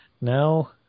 Now